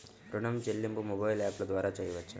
ఋణం చెల్లింపు మొబైల్ యాప్ల ద్వార చేయవచ్చా?